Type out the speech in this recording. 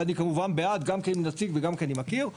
ואני כמובן בעד גם כי אני נציג וגם כי אני מכיר.